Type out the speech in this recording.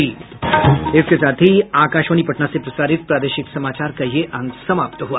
इसके साथ ही आकाशवाणी पटना से प्रसारित प्रादेशिक समाचार का ये अंक समाप्त हुआ